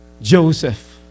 Joseph